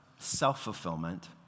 Self-fulfillment